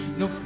no